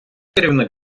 керівник